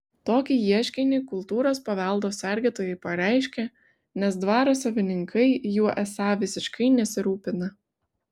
tokį ieškinį kultūros paveldo sergėtojai pareiškė nes dvaro savininkai juo esą visiškai nesirūpina